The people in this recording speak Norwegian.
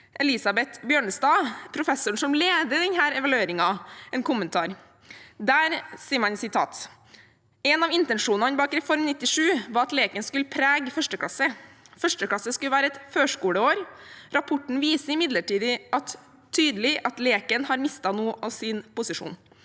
Elisabeth Bjørnestad, professoren som leder denne evalueringen, en kommentar. Der står det: «En av intensjonene bak Reform 97 var at leken skulle prege førsteklasse. Førsteklasse skulle være et «førskoleår». Rapporten viser imidlertid tydelig at leken har mistet noe av sin posisjon.